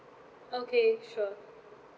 okay sure